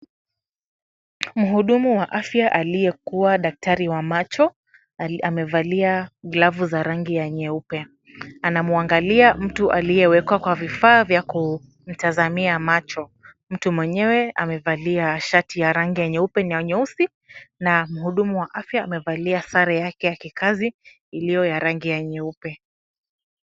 Mhudumu wa afya aliyekuwa daktari wa macho, amevalia glavu za rangi ya nyeupe. Anamwangalia mtu aliyewekwa kwa vifaa vya kumtazamia macho. Mtu mwenyewe amevalia shati ya rangi ya nyeupe na ya nyeusi, na mhudumu wa afya amevalia sare yake ya kikazi iliyo ya rangi ya nyeupe.